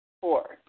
Four